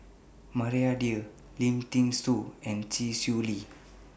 Maria Dyer Lim Thean Soo and Chee Swee Lee